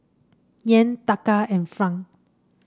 Yen Taka and franc